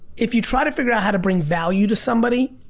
if you try to figure out how to bring value to somebody